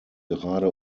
gerade